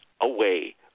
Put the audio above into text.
away